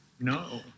No